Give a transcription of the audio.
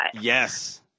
Yes